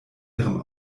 ihrem